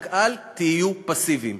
רק אל תהיו פסיביים.